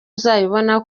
uzabibona